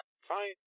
Fine